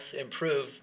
improve